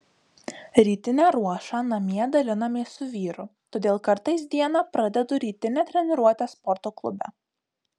rytinę ruošą namie dalinamės su vyru todėl kartais dieną pradedu rytine treniruote sporto klube